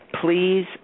Please